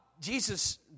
Jesus